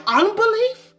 unbelief